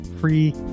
free